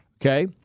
Okay